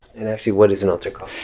and actually, what is an altar call?